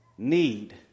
need